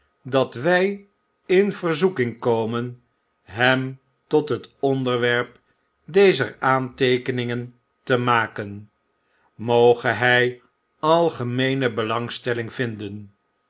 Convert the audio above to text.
dat wy in verzoeking komen hem tot het onderwerp dezer aanteekeningen te maken moge hy algemeene belangstellmg vinden